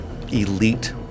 elite